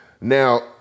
Now